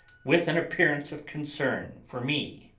with an appearance of concern for me.